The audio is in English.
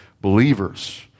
believers